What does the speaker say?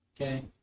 Okay